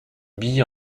billets